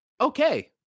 okay